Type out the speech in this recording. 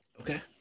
okay